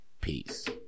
Peace